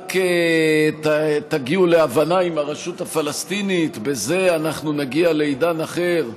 רק תגיעו להבנה עם הרשות הפלסטינית ובזה אנחנו נגיע לעידן אחר,